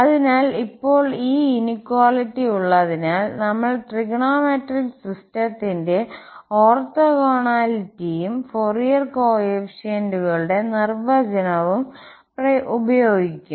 അതിനാൽ ഇപ്പോൾ ഈ ഇനിക്വാളിറ്റി ഉള്ളതിനാൽ നമ്മൾ ട്രിഗണോമെട്രിക് സിസ്റ്റത്തിന്റെ ഓർത്തോഗോണാലിറ്റിയും ഫോറിയർ കോഎഫിഷ്യന്റുകളുടെ നിർവചനവും ഉപയോഗിക്കും